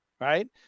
right